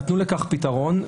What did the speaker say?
נתנו לכך פתרון,